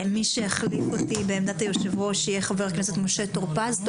מי שיחליף אותי בעמדת היושב-ראש יהיה חבר הכנסת משה טור פז.